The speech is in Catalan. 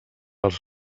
als